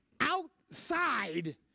outside